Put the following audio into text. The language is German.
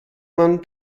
man